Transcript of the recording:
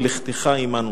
בלכתך עמנו.